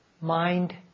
Mind